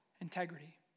integrity